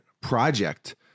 project